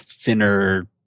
thinner